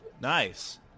Nice